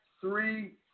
three